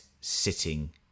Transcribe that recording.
sitting